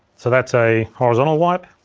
so that's a horizontal wipe,